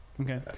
Okay